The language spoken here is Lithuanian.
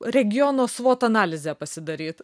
regiono svot analizę pasidaryt